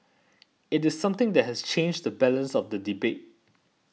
it is something that has changed the balance of the debate